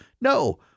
No